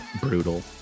brutal